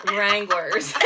Wranglers